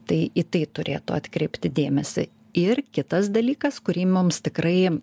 tai į tai turėtų atkreipti dėmesį ir kitas dalykas kurį mums tikrai